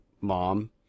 mom